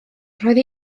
roedd